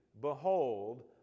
Behold